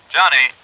Johnny